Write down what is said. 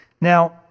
Now